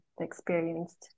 experienced